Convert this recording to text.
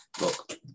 look